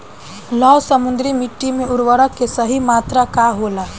लौह समृद्ध मिट्टी में उर्वरक के सही मात्रा का होला?